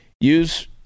use